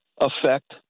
effect